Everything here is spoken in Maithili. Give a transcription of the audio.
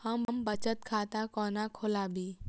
हम बचत खाता कोना खोलाबी?